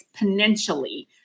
exponentially